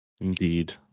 Indeed